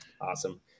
awesome